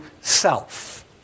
self